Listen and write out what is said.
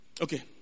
Okay